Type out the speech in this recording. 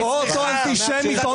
אתה אוטו-אנטישמי.